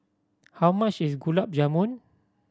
how much is Gulab Jamun